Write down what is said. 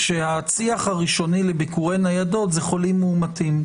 שהצי"ח הראשוני לביקורי ניידות הוא חולים מאומתים,